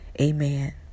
Amen